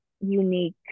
unique